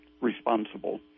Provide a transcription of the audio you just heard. responsible